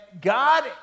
God